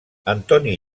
antoni